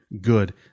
good